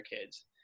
kids